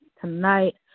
tonight